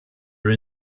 are